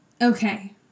Okay